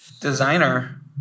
designer